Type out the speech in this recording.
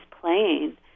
playing